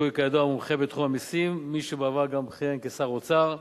שהוא כידוע מומחה בתחום המסים ומי שבעבר גם כיהן כשר האוצר.